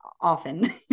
often